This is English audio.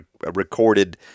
recorded